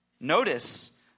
Notice